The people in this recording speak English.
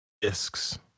discs